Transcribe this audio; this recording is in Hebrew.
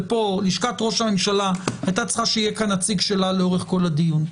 לשכת ראש הממשלה הייתה צריכה שיהיה כאן נציג שלה לאורך כל הדיון.